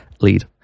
lead